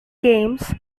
games